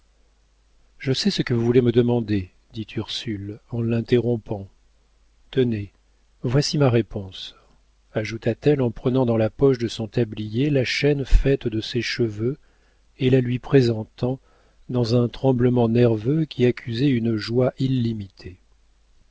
je sais ce que vous voulez me demander dit ursule en l'interrompant tenez voici ma réponse ajouta-t-elle en prenant dans la poche de son tablier la chaîne faite de ses cheveux et la lui présentant dans un tremblement nerveux qui accusait une joie illimitée